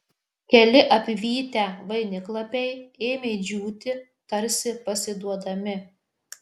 keli apvytę vainiklapiai ėmė džiūti tarsi pasiduodami